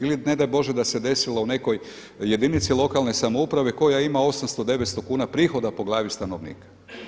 Ili ne daj bože da se desilo u nekoj jedinici lokalne samouprave koja ima 800, 900 kuna prihoda po glavi stanovnika.